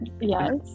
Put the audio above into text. Yes